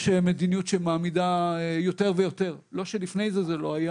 יש מדיניות שמעמידה יותר ויותר לא שלפני כן זה לא היה